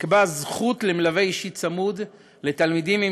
נקבעה זכות למלווה אישי צמוד לתלמידים עם